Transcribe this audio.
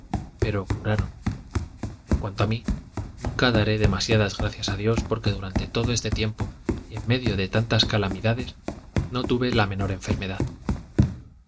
pero curaron en cuanto a mí nunca daré demasiadas gracias a dios porque durante todo este tiempo y en medio de tantas calamidades no tuve la menor enfermedad